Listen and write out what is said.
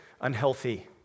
unhealthy